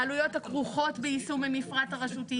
העלויות הכרוכות ביישום המפרט הרשותי"